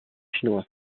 chinois